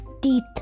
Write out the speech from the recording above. teeth